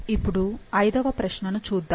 ఇప్పుడు ఐదవ ప్రశ్నను చూద్దాం